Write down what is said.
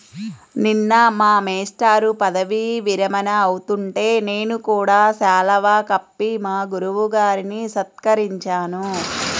నిన్న మా మేష్టారు పదవీ విరమణ అవుతుంటే నేను కూడా శాలువా కప్పి మా గురువు గారిని సత్కరించాను